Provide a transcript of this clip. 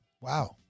Wow